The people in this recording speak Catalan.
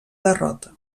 derrota